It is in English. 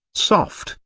soft,